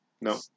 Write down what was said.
No